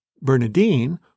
Bernadine